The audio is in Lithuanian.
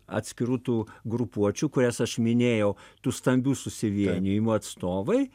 atskirų tų grupuočių kurias aš minėjau tų stambių susivienijimų atstovai